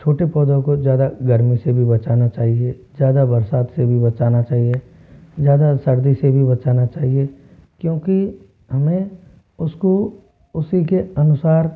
छोटे पौधों को ज़्यादा गर्मी से भी बचाना चाहिए ज़्यादा बरसात से भी बचाना चाहिए ज़्यादा सर्दी से भी बचाना चाहिए क्योंकि हमें उसको उसी के अनुसार